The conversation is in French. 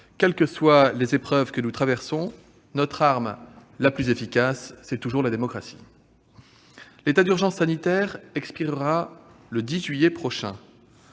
quelles que soient les épreuves que nous traversons, notre arme la plus efficace demeure la démocratie. L'état d'urgence sanitaire expirera le 10 juillet prochain.